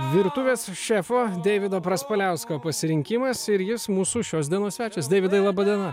virtuvės šefo deivido praspaliausko pasirinkimas ir jis mūsų šios dienos svečias deividai laba diena